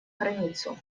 границу